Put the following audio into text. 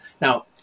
Now